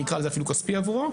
אני אקרא לזה אפילו כספי עבורו,